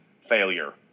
failure